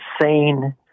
insane